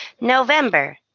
November